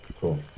cool